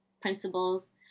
principles